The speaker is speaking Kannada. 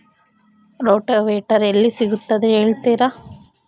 ರೋಟೋವೇಟರ್ ಎಲ್ಲಿ ಸಿಗುತ್ತದೆ ಹೇಳ್ತೇರಾ?